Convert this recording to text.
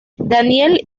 daniel